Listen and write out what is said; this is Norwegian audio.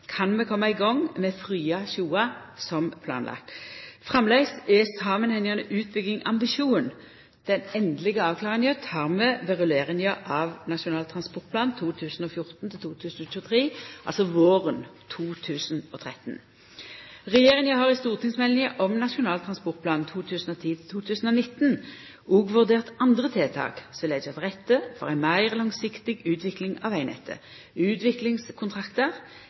kan vi koma i gang med Frya–Sjoa som planlagt. Framleis er samanhengande utbygging ambisjonen. Den endelege avklaringa tek vi ved rulleringa av Nasjonal transportplan 2014–2023, altså våren 2013. Regjeringa har i stortingsmeldinga om Nasjonal transportplan 2010–1019 òg vurdert andre tiltak som vil leggja til rette for ei meir langsiktig utvikling av vegnettet. Utviklingskontraktar